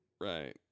right